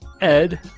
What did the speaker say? Ed